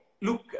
look